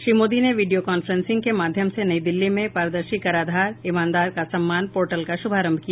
श्री मोदी ने video conferencing के माध्यम से नई दिल्ली में पारदर्शी कराधान ईमानदार का सम्मान पोर्टल का शुभारंभ किया